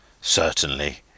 Certainly